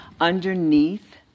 Underneath